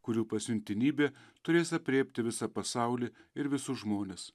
kurių pasiuntinybė turės aprėpti visą pasaulį ir visus žmones